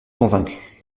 convaincus